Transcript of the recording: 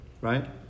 Right